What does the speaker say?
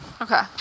Okay